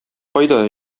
кайда